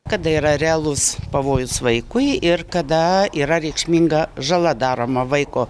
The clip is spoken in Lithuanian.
kada yra realus pavojus vaikui ir kada yra reikšminga žala daroma vaiko